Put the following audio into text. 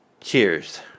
Cheers